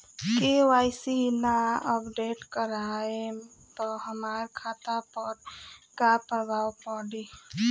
KYC ना update करवाएम त हमार खाता पर का प्रभाव पड़ी?